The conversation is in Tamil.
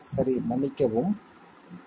சரி மன்னிக்கவும் a'